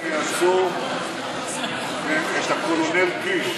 ספר להם מי זה הקולונל קיש.